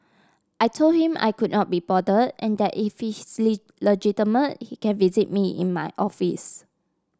I told him I could not be bothered and that if he's legitimate he can visit me in my office